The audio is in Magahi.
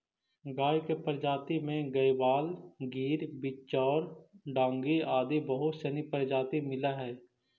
गाय के प्रजाति में गयवाल, गिर, बिच्चौर, डांगी आदि बहुत सनी प्रजाति मिलऽ हइ